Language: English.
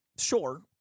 Sure